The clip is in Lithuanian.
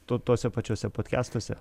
to tuose pačiuose podkestuose